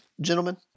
gentlemen